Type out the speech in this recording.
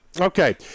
Okay